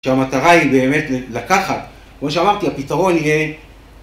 שהמטרה היא באמת לקחת, כמו שאמרתי, הפתרון יהיה...